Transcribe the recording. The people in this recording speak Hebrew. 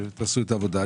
שתעשה את העבודה.